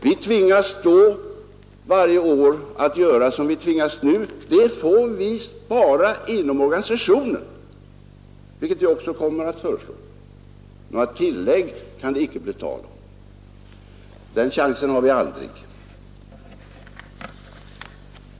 För sådana kostnadsökningar har vi varje år tvingats göra motsvarande besparingar inom organisationen, och det kommer vi att föreslå i år också. Några tillägg kan det inte bli tal om. Den chansen har vi aldrig.